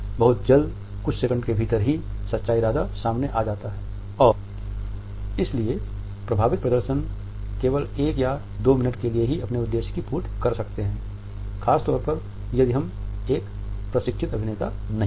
बहुत जल्द कुछ सेकंड के भीतर ही सच्चा इरादा सामने आ जाता है और इसलिए प्रभावित प्रदर्शन केवल एक या दो मिनट के लिए ही अपने उद्देश्य की पूर्ति कर सकते हैं खासतौर पर यदि हम एक प्रशिक्षित अभिनेता नहीं हैं